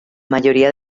mayoría